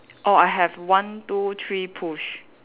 orh I have one two three push